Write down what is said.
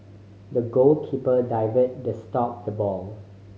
the goalkeeper dived to stop the ball